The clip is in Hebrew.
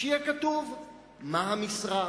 שיהיה כתוב מה המשרה,